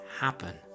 happen